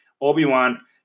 Obi-Wan